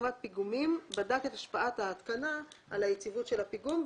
פיגומים בדק את השפעת ההתקנה על יציבות הפיגום,